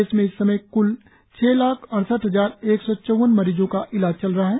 देश में इस समय क्ल छह लाख अड़सठ हजार एक सौ चौवन मरीजों का इलाज चल रहा है